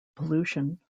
pollution